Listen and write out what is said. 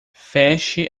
feche